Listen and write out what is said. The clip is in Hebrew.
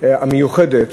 המיוחדת